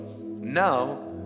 Now